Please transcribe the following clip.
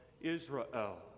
Israel